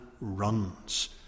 runs